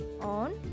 on